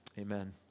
Amen